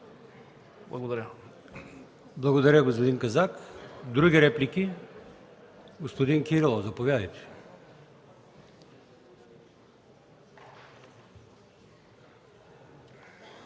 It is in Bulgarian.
ИМАМОВ: Благодаря, господин Казак. Други реплики? Господин Кирилов, заповядайте.